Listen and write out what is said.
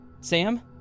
Sam